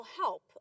help